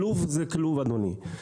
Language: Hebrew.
כלוב זה כלוב, אדוני.